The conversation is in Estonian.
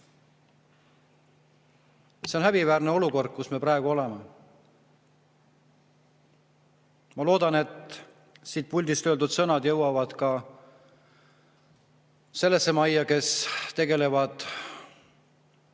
See on häbiväärne olukord, kus me praegu oleme. Ma loodan, et siit puldist öeldud sõnad jõuavad ka sellesse majja, kus tegeletakse